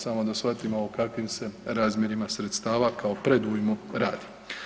Samo da shvatimo o kakvim se razmjerima sredstava kao predujmu radi.